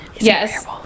yes